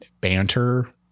banter